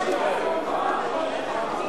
היתר לניהול גן לאומי), התשע"א 2011, נתקבלה.